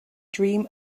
dream